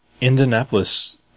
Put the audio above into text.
Indianapolis